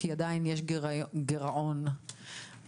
כי עדיין יש גירעון עצום,